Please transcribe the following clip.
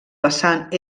vessant